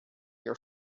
your